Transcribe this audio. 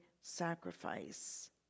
sacrifice